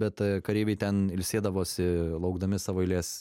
bet kareiviai ten ilsėdavosi laukdami savo eilės